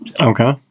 Okay